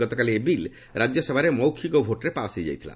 ଗତକାଲି ଏହି ବିଲ୍ ରାଜ୍ୟସଭାରେ ମୌଖିକ ଭୋଟ୍ରେ ପାସ୍ ହୋଇଯାଇଥିଲା